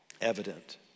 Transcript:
evident